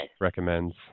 recommends